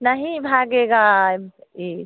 नहीं भागेगा यह